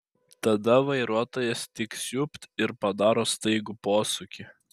tada vairuotojas tik siūbt ir padaro staigų posūkį